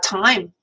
time